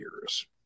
years